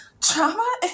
Trauma